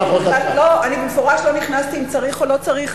אני במפורש לא נכנסתי לשאלה אם צריך או לא צריך.